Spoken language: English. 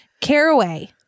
Caraway